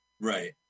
right